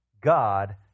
God